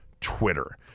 Twitter